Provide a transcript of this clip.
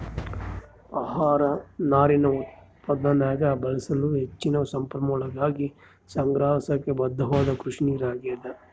ಆಹಾರ ನಾರಿನ ಉತ್ಪಾದನ್ಯಾಗ ಬಳಸಲು ಹೆಚ್ಚಿನ ಸಂಪನ್ಮೂಲಗಳಿಗಾಗಿ ಸಂಗ್ರಹಿಸಾಕ ಬದ್ಧವಾದ ಕೃಷಿನೀರು ಆಗ್ಯಾದ